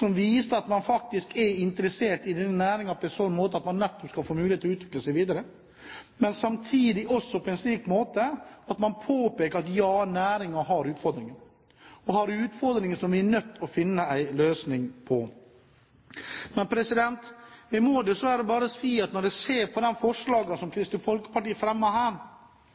Den viste at man faktisk er interessert i denne næringen på en slik måte at man skal få mulighet til å utvikle seg videre, men samtidig også på en slik måte at man påpeker at næringen har utfordringer, den har utfordringer som vi er nødt til å finne en løsning på. Men jeg må dessverre si at når jeg ser på de forslagene som